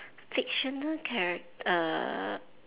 fictional character err